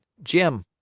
jim,